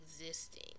existing